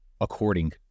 according